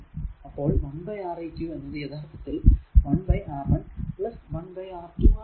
അപ്പോൾ 1 R eq എന്നത് യഥാർത്ഥത്തിൽ 1 R1 1 R2 ആണല്ലോ